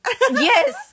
Yes